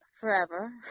forever